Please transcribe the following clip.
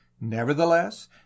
Nevertheless